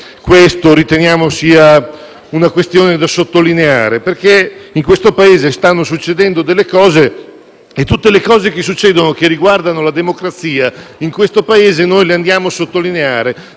questa sia una questione da sottolineare perché in questo Paese stanno succedendo delle cose e tutte le cose che succedono e che riguardano la democrazia in questo Paese noi le andiamo a sottolineare: